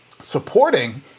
supporting